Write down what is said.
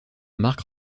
mark